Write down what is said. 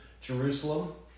Jerusalem